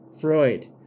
Freud